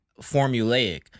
formulaic